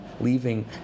leaving